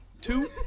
Two